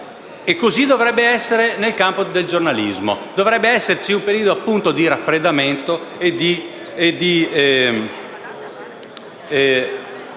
E così dovrebbe essere nel campo del giornalismo: dovrebbe esserci un periodo di raffreddamento, di